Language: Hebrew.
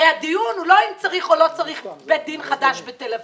הרי הדיון הוא לא אם צריך או לא צריך בית דין חדש בתל אביב.